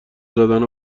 زدن